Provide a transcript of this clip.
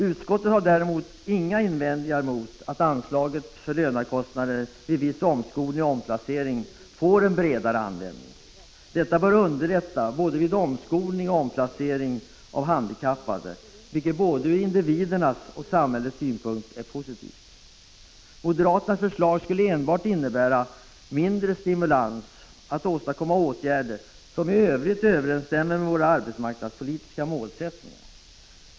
Utskottet har däremot inga invändningar emot att anslaget för lönekostnader vid viss omskolning och omplacering får en bredare användning. Detta bör underlätta både vid omskolning och vid omplacering av handikappade, vilket ur både individens och samhällets synpunkt är positivt. Moderaternas förslag skulle enbart innebära mindre stimulans att åstadkomma åtgärder som i övrigt överensstämmer med våra arbetsmarknadspolitiska målsättningar.